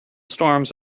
storms